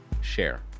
share